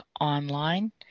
online